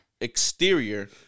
Exterior